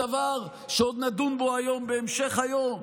זה דבר שעוד נדון בו היום בהמשך היום,